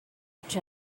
each